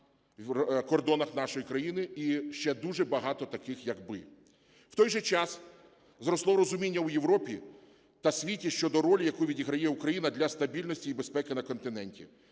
В то й же час зросло розуміння у Європі та світі щодо ролі, яку відіграє Україна для стабільності і безпеки на континенті.